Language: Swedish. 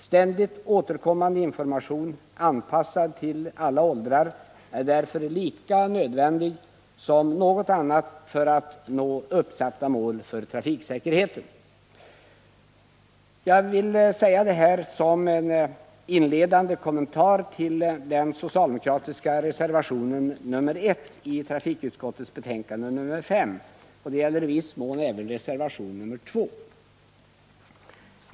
Ständigt återkommande information, anpassad till alla åldrar, är därför lika nödvändig som något annat för att nå uppsatta mål för trafiksäkerheten. Jag vill säga det här som en inledande kommentar till den socialdemokratiska reservationen nr 1 vid trafikutskottets betänkande nr 25. Det gäller i viss mån även reservation 2.